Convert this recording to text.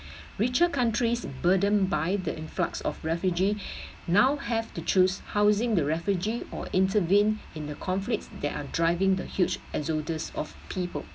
richer countries burdened by the influx of refugee now have to choose housing the refugee or intervene in the conflicts that are driving the huge exodus of people